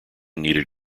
needed